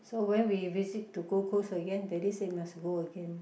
so when we visit to Gold Coast again daddy said must go again